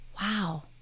Wow